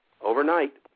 overnight